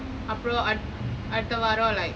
அப்புறம் அடுத்த வாரம்:appurom adutha vaaram like